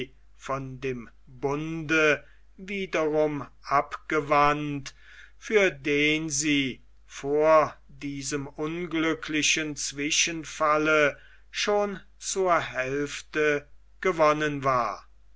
von dem bunde wiederum abgewandt für den sie vor diesem unglücklichen zwischenfalle schon zur hälfte gewonnen war